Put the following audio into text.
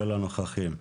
כל הנוכחים.